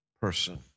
person